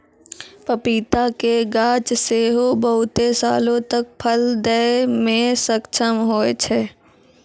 पपीता के गाछ सेहो बहुते सालो तक फल दै मे सक्षम होय छै